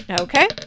Okay